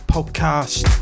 Podcast